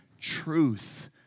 truth